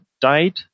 died